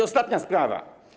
Ostatnia sprawa.